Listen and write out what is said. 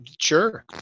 Sure